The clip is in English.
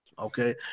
Okay